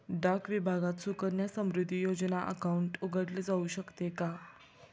डाक विभागात सुकन्या समृद्धी योजना अकाउंट उघडले जाऊ शकते का?